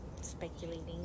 speculating